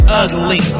ugly